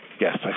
yes